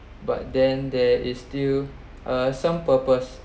but then there is still uh some purpose